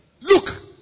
Look